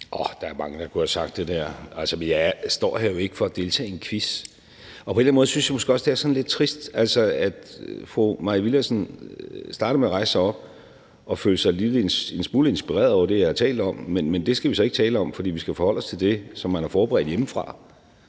der er mange, der kunne have sagt det der. Altså, vi står her jo ikke for at deltage i en quiz, og på en eller anden måde synes jeg måske også det er sådan lidt trist, at fru Mai Villadsen starter med at rejse sig op og føle sig en smule inspireret af det, jeg har talt om, men det skal vi så ikke tale om, for vi skal forholde os til det, som man har forberedt hjemmefra.